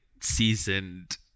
seasoned